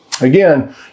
Again